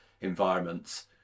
environments